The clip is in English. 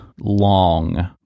long